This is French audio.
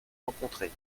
rencontrées